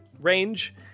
range